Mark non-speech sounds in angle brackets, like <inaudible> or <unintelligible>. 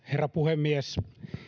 <unintelligible> herra puhemies